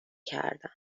کردن